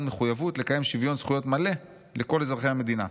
מחויבות לקיים שוויון זכויות מלא לכל אזרחי המדינה.